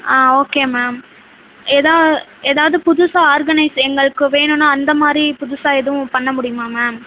ஆ okay ma'am எதா எதாவது புதுசாக ஆர்கனைஸ் எங்களுக்கு வேணும்னா அந்த மாதிரி புதுசாக எதுவும் பண்ண முடியுமா மேம்